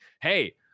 hey